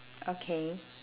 okay